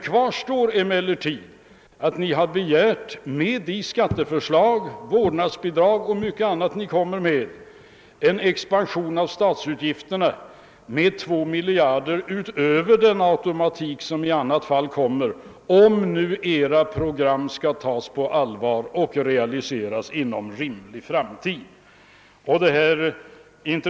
Kvar står emellertid att ni med era skatteförslag och med era förslag om vårdnadsbidrag och mycket annat har begärt en expansion av statsutgifterna med 2 miljarder utöver den automatiska höjning som inträder, om nu era program skall tas på allvar och realiseras inom rimlig tid.